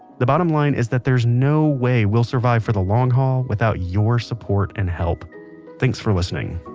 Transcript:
the bottom line is that there is no way we'll survive for the long haul without your support and help thanks for listening